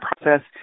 process